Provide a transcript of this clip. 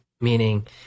meaning